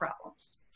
problems